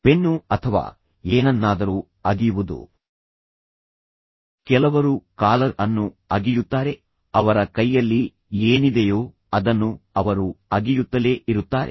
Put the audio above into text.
pen ಅಥವಾ ಏನನ್ನಾದರೂ ಅಗಿಯುವುದು ಕೆಲವರು ಕಾಲರ್ ಅನ್ನು ಅಗಿಯುತ್ತಾರೆ ಅವರ ಕೈಯಲ್ಲಿ ಏನಿದೆಯೋ ಅದನ್ನು ಅವರು ಅಗಿಯುತ್ತಲೇ ಇರುತ್ತಾರೆ